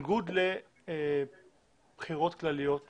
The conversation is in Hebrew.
בניגוד לבחירות כלליות ארציות,